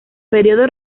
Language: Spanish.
periodo